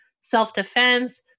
self-defense